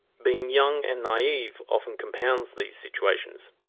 being young and naive often compounds these situations.